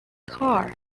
car